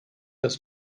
dass